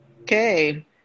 Okay